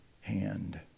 hand